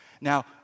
Now